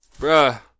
Bruh